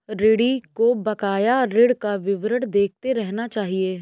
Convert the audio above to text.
ऋणी को बकाया ऋण का विवरण देखते रहना चहिये